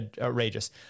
outrageous